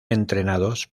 entrenados